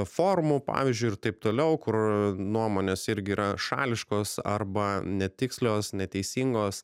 forumų pavyzdžiui ir taip toliau kur nuomonės irgi yra šališkos arba netikslios neteisingos